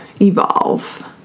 evolve